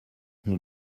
nous